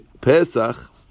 Pesach